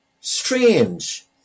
strange